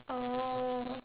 oh